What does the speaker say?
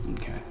Okay